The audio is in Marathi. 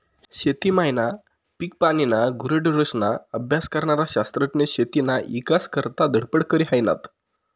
शेती मायना, पिकपानीना, गुरेढोरेस्ना अभ्यास करनारा शास्त्रज्ञ शेतीना ईकास करता धडपड करी हायनात